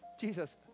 Jesus